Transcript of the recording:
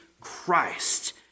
Christ